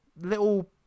little